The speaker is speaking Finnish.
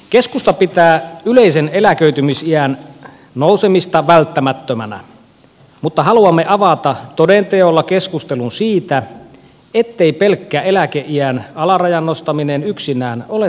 keskusta pitää yleisen eläköitymisiän nousemista välttämättömänä mutta haluamme avata toden teolla keskustelun siitä ettei pelkkä eläkeiän alarajan nostaminen yksinään ole toimiva ratkaisu